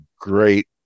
great